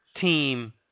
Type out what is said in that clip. team